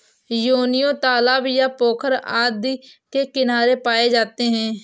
योनियों तालाब या पोखर आदि के किनारे पाए जाते हैं